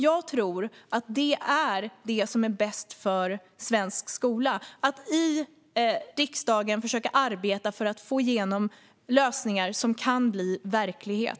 Jag tror att det som är bäst för svensk skola är att riksdagen försöker arbeta för att få igenom lösningar som kan bli verklighet.